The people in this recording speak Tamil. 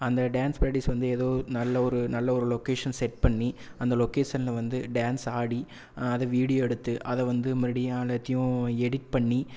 அந்த டான்ஸ் ப்ராக்டீஸ் வந்து ஏதோ நல்ல ஒரு நல்ல ஒரு லொக்கேஷன் செட் பண்ணி அந்த லொக்கேஷனில் வந்து டேன்ஸ் ஆடி அதை வீடியோ எடுத்து அதை வந்து மறுபடியும் எல்லாத்தையும் எடிட் பண்ணி